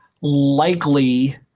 likely